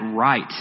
right